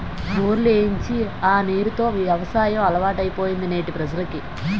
బోర్లు ఏయించి ఆ నీరు తో యవసాయం అలవాటైపోయింది నేటి ప్రజలకి